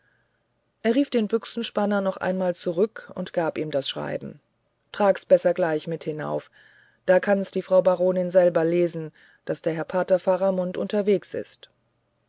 er rief den büchsenspanner noch einmal zurück und gab ihm das schreiben tragst's besser gleich mit hinauf da kann's die frau baronin selber lesen daß der pater faramund unterwegs ist